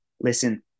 listen